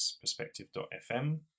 perspective.fm